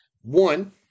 one